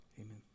amen